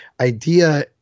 idea